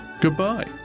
Goodbye